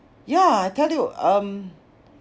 ya I tell you um